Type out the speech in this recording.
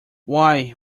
why